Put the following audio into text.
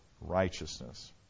righteousness